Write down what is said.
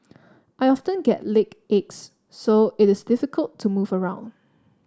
I often get leg aches so it is difficult to move around